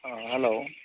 अ हेल'